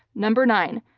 number nine,